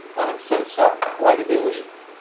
i'm so sorry! why did they leave?